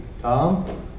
Tom